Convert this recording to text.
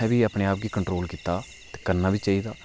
में बी अपने आप गी कंट्रोल कीता ते करना बी चाहिदा